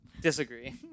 Disagree